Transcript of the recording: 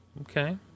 Okay